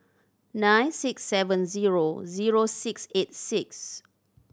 nine six seven zero zero six eight six